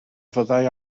fyddai